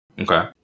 Okay